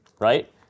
right